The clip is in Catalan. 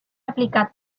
aplicat